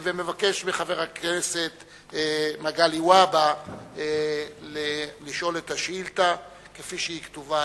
ומבקש מחבר הכנסת מגלי והבה לשאול את השאילתא כפי שהיא כתובה.